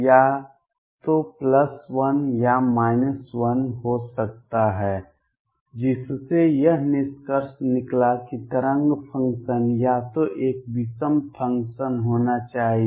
C या तो 1 या 1 हो सकता है जिससे यह निष्कर्ष निकला कि तरंग फंक्शन या तो एक विषम फंक्शन होना चाहिए